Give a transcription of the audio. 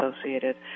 associated